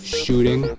shooting